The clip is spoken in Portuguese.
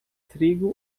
trigo